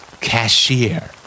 Cashier